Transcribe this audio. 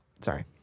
Sorry